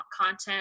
content